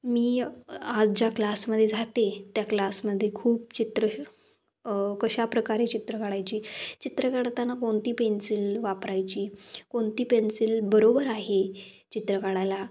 मी आज ज्या क्लासमध्ये जाते त्या क्लासमध्ये खूप चित्र कशाप्रकारे चित्र काढायची चित्र काढताना कोणती पेन्सिल वापरायची कोणती पेन्सिल बरोबर आहे चित्र काढायला